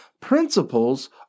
Principles